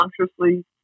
consciously